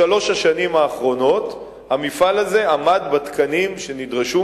בשלוש השנים האחרונות המפעל הזה עמד בתקנים שנדרשו